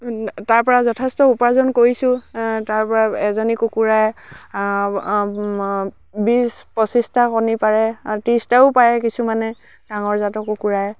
তাৰপৰা যথেষ্ট উপাৰ্জন কৰিছোঁ তাৰপৰা এজনী কুকুৰা বিছ পঁচিছটা কণী পাৰে ত্ৰিছটাও পাৰে কিছুমানে ডাঙৰজাতৰ কুকুৰাই